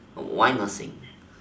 why nursing